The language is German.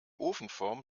ofenform